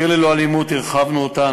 "עיר ללא אלימות" הרחבנו אותה.